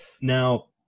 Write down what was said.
Now